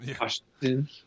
Washington